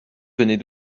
venait